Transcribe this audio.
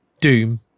doom